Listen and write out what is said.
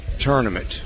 tournament